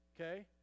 okay